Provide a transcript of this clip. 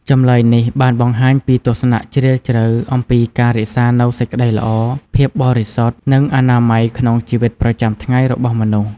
ចម្លើយនេះបានបង្ហាញពីទស្សនៈជ្រាលជ្រៅអំពីការរក្សានូវសេចក្តីល្អ ភាពបរិសុទ្ធ និងអនាម័យក្នុងជីវិតប្រចាំថ្ងៃរបស់មនុស្ស។